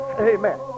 Amen